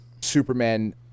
Superman